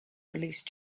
released